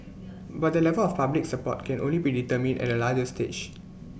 but the level of public support can only be determined at A later stage